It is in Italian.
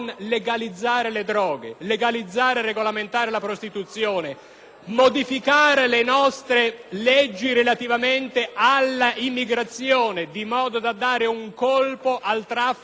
modificare le nostre leggi relativamente all'immigrazione, di modo da dare un colpo al traffico di esseri umani. Tutto questo va contro la vostra